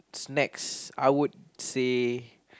snacks I would say